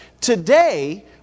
today